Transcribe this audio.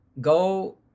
go